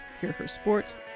hearhersports